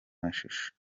mashusho